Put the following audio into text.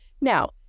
Now